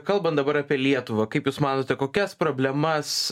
kalbant dabar apie lietuvą kaip jūs manote kokias problemas